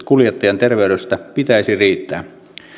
kuljettajan terveydestä kertovien lääkärintodistusten pitäisi riittää